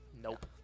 Nope